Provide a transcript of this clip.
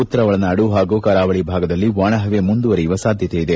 ಉತ್ತರ ಒಳನಾಡು ಹಾಗೂ ಕರಾವಳಿ ಭಾಗದಲ್ಲಿ ಒಣ ಹವೆ ಮುಂದುವರೆಯುವ ಸಾಧ್ಯತೆ ಇದೆ